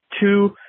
two